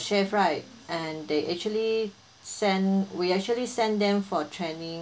chef right and they actually send we actually send them for training